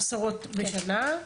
עשרות בשנה?